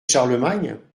charlemagne